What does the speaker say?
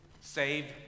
save